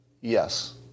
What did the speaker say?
yes